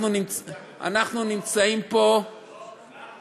אנחנו נמצאים פה, לא,